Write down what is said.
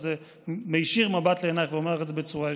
אני מישיר מבט לעינייך ואומר לך את זה בצורה ישירה.